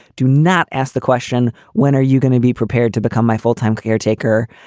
do not ask the question. when are you going to be prepared to become my full time caretaker?